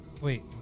wait